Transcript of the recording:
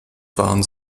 waren